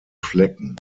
flecken